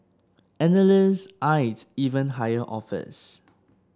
analysts eyed even higher offers